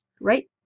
right